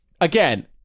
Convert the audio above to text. again